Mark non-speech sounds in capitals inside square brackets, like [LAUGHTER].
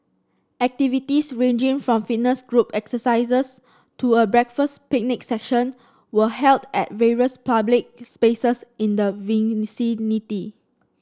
activities ranging from fitness group exercises to a breakfast picnic session were held at various public spaces in the [UNINTELLIGIBLE]